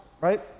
right